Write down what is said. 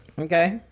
Okay